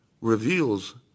reveals